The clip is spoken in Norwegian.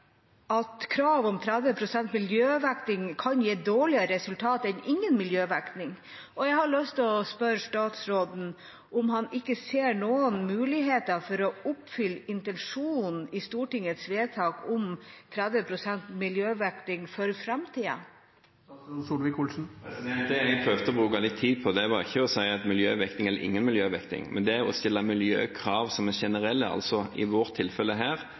at kravet om 30 pst. miljøvekting kan gi dårligere resultat enn ingen miljøvekting. Jeg har lyst til å spørre statsråden om han ikke ser noen muligheter for å oppfylle intensjonen i Stortingets vedtak om 30 pst. miljøvekting for framtiden? Det jeg prøvde å bruke litt tid på, var ikke å si at det er miljøvekting eller ingen miljøvekting. Men det å stille miljøkrav som er generelle – i vårt tilfelle